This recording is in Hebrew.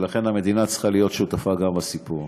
ולכן המדינה צריכה להיות שותפה בסיפור.